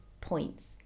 points